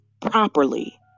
properly